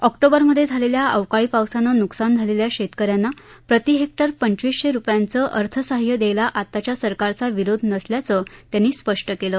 ऑक्टोबरमधे झालेल्या अवकाळी पावसानं नुकसान झालेल्या शेतक यांना प्रतिहेक्टर पंचविसशे रुपयांचं अर्थसहाय्य दयायला आताच्या सरकारचा विरोध नसल्याचं त्यांनी स्पष्ट केलं